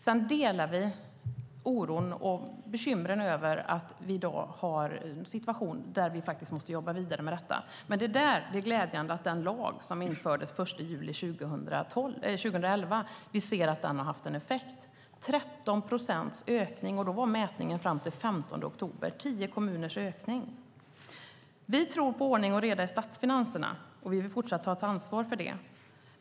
Vi delar oron och bekymren över dagens situation, och vi måste jobba vidare med detta. Men det är glädjande att vi ser att den lag som infördes den 1 juli 2011 har haft effekt. Mätningen sträckte sig fram till den 15 oktober, och den visade 13 procents och 10 kommuners ökning. Vi tror på ordning och reda i statsfinanserna, och vi vill fortsätta att ta ansvar för det.